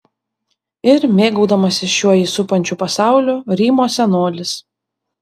ir mėgaudamasis šiuo jį supančiu pasauliu rymo senolis